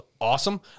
awesome